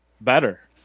better